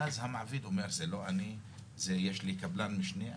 ואז המעביד אומר זה לא אני, יש לי קבלן משנה.